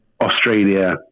Australia